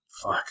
Fuck